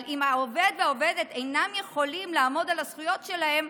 אבל אם העובד והעובדת אינם יכולים לעמוד על הזכויות שלהם,